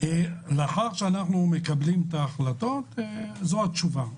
לאחר שאנחנו מקבלים החלטות זו התשובה.